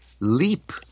leap